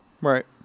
Right